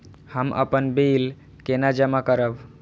हम अपन बिल केना जमा करब?